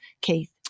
Keith